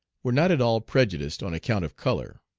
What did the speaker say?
were not at all prejudiced on account of color.